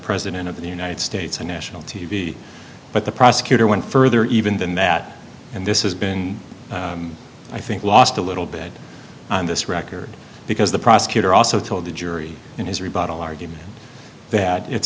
president of the united states a national t v but the prosecutor went further even than that and this has been i think lost a little bit on this record because the prosecutor also told the jury in his rebuttal argument that it's